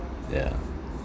yeah